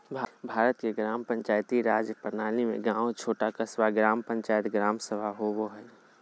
भारत के पंचायती राज प्रणाली में गाँव छोटा क़स्बा, ग्राम पंचायत, ग्राम सभा होवो हइ